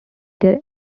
their